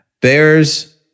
Bears